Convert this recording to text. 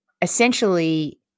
essentially